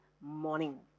morning